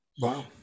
Wow